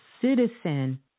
citizen